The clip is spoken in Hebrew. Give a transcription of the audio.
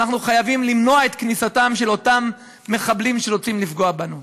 אנחנו חייבים למנוע את כניסתם של אותם מחבלים שרוצים לפגוע בנו.